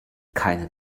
keinen